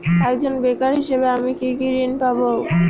একজন বেকার হিসেবে আমি কি কি ঋণ পাব?